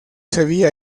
sevilla